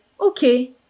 okay